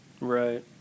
Right